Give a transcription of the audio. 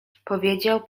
odpowiedział